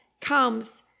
comes